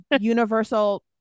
universal